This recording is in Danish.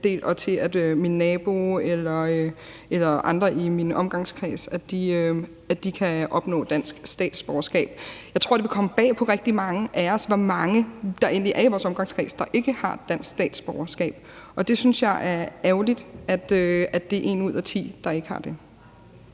og til, at min nabo eller andre i min omgangskreds kan opnå dansk statsborgerskab. Jeg tror, det vil komme bag på rigtig mange af os, hvor mange der egentlig er i vores omgangskreds, der ikke har dansk statsborgerskab. Jeg synes, det er ærgerligt, at det en ud af ti, der ikke har det.